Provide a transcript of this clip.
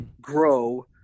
grow